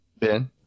Ben